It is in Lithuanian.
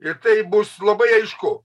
ir tai bus labai aišku